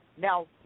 now